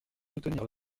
soutenir